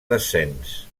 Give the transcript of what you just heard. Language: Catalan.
descens